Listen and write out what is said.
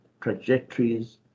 trajectories